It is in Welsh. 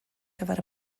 gyfer